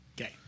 Okay